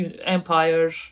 empire